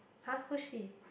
!huh! who's she